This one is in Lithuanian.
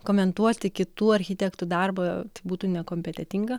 komentuoti kitų architektų darbą būtų nekompetentinga